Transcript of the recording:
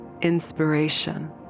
inspiration